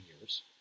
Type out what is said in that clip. years